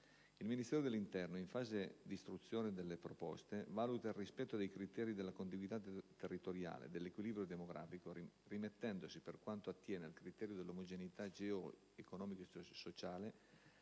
Il Ministero dell'interno, in fase d'istruzione delle proposte, valuta il rispetto dei criteri della contiguità territoriale e dell'equilibrio demografico rimettendosi, per quanto attiene al criterio dell'omogeneità geo-economico-sociale,